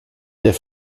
der